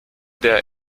der